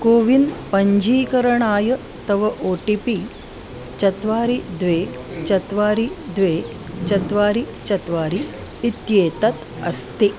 CoWIN पञ्जीकरणाय तव O T P चत्वारि द्वे चत्वारि द्वे चत्वारि चत्वारि इत्येतत् अस्ति